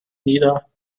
nieder